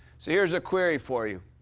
so here's a query for you.